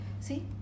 See